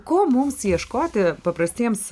ko mums ieškoti paprastiems